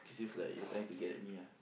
this like you are trying to get at me ah